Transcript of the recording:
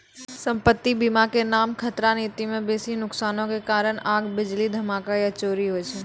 सम्पति बीमा के नाम खतरा नीति मे बेसी नुकसानो के कारण आग, बिजली, धमाका या चोरी होय छै